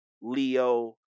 Leo